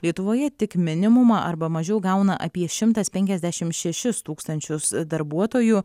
lietuvoje tik minimumą arba mažiau gauna apie šimtas penkiasdešim šešis tūkstančius darbuotojų